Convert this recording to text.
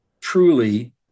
truly